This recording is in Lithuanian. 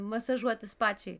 masažuotis pačiai